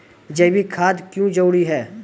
जैविक खाद क्यो जरूरी हैं?